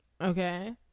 Okay